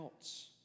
else